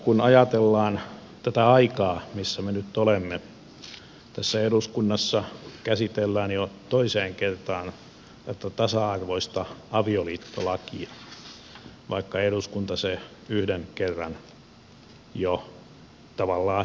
kun ajatellaan tätä aikaa missä nyt olemme tässä eduskunnassa käsitellään jo toiseen kertaan tasa arvoista avioliittolakia vaikka eduskunta sen yhden kerran jo tavallaan hylkäsi